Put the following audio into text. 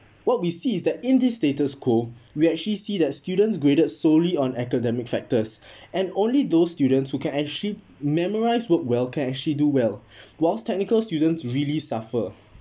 what we see is that in this status quo we actually see that students graded solely on academic factors and only those students who can actually memorise work well can actually do well whilst technical students really suffer